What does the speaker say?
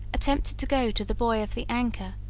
attempted to go to the buoy of the anchor,